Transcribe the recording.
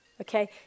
Okay